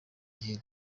igihe